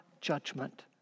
judgment